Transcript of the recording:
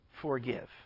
forgive